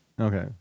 Okay